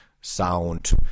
sound